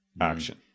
Action